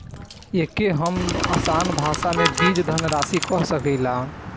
एके हम आपन भाषा मे बीज धनराशि कह सकीला